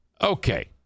okay